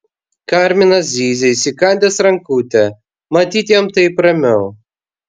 karminas zyzia įsikandęs rankutę matyt jam taip ramiau